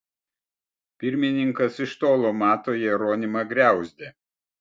pirmininkas iš tolo mato jeronimą griauzdę